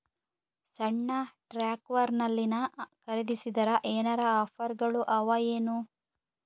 ಸಣ್ಣ ಟ್ರ್ಯಾಕ್ಟರ್ನಲ್ಲಿನ ಖರದಿಸಿದರ ಏನರ ಆಫರ್ ಗಳು ಅವಾಯೇನು?